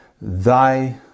thy